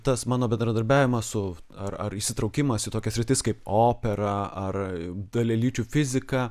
tas mano bendradarbiavimas su ar ar įsitraukimas į tokias sritis kaip opera ar dalelyčių fizika